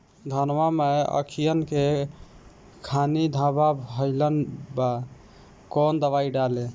धनवा मै अखियन के खानि धबा भयीलबा कौन दवाई डाले?